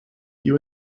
you